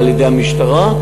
על-ידי המשטרה,